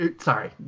Sorry